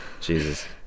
Jesus